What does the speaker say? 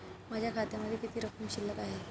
माझ्या खात्यामध्ये किती रक्कम शिल्लक आहे?